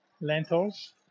lentils